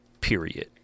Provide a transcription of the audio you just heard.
period